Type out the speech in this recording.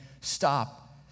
stop